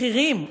בכירים,